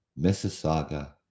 Mississauga